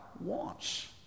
wants